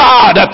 God